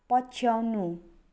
पछ्याउनु